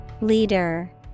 Leader